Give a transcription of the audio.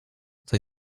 tej